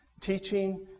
teaching